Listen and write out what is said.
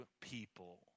people